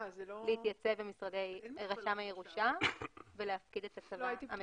להתייצב במשרדי רשם הירושה ולהפקיד את הצוואה המקורית.